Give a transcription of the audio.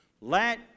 let